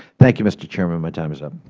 thank you, mr. chairman. my time is up.